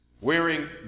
wearing